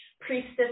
priestess